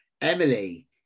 Emily